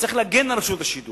וצריך להגן על רשות השידור